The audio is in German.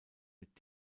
mit